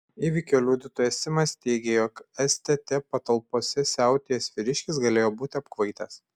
įvykio liudytojas simas teigė jog stt patalpose siautėjęs vyriškis galėjo būti apkvaitęs